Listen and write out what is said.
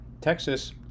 Texas